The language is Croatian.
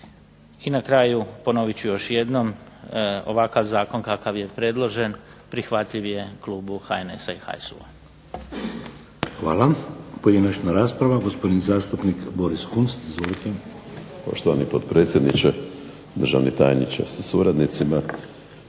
I na kraju ponovit ću još jednom, ovakav zakon kakav je predložen prihvatljiv je klubu HNS-a i HSU-a. **Šeks, Vladimir (HDZ)** Hvala. Pojedinačna rasprava, gospodin zastupnik Boris Kunst. Izvolite. **Kunst, Boris (HDZ)** Poštovani potpredsjedniče, državni tajniče sa suradnicima,